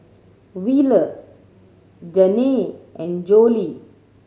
Wheeler Janey and Jolie